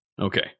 Okay